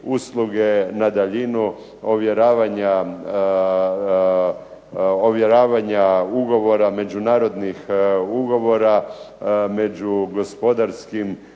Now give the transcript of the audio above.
na daljinu ovjeravanja ugovora, međunarodnih ugovora među gospodarskim